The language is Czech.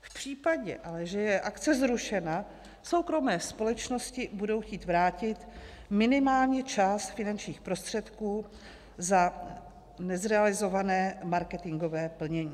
V případě, že je akce zrušena, soukromé společnosti budou chtít vrátit minimálně část finančních prostředků za nezrealizované marketingové plnění.